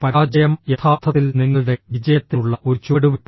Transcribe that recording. പരാജയം യഥാർത്ഥത്തിൽ നിങ്ങളുടെ വിജയത്തിനുള്ള ഒരു ചുവടുവെപ്പാണോ